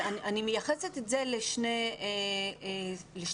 אני מייחסת את זה לשתי סיבות.